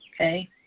okay